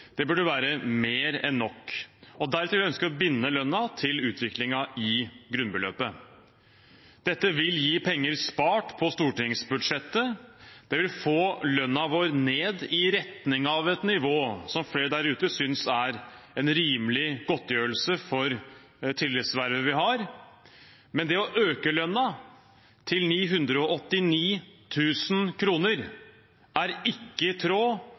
Det burde være mer enn nok. Deretter ønsker vi å binde lønnen til utviklingen i grunnbeløpet. Dette vil gi penger spart på stortingsbudsjettet, og det vil få lønnen vår ned i retning av et nivå som flere der ute synes er en rimelig godtgjørelse for det tillitsvervet vi har. Det å øke lønnen til ca. 989 000 kr er ikke i tråd